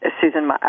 Susan